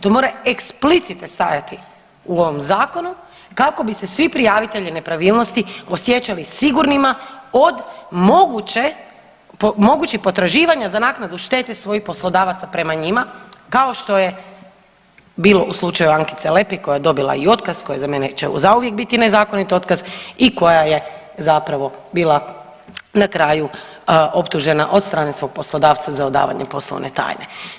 To mora eksplicite stajati u ovom zakonu kako bi se svi prijavitelji nepravilnosti osjećali sigurnima od mogućih potraživanja za naknadu štete svojih poslodavaca prema njima kao što je bilo u slučaju Ankice Lepej koja ja dobila i otkaz, koji će za mene zauvijek biti nezakonit otkaz i koja je zapravo bila na kraju optužena od strane svog poslodavca za odavanje poslovne tajne.